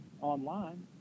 online